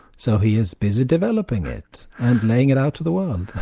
so he is busy developing it, and laying it out to the world.